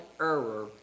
error